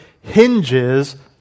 hinges